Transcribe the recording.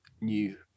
new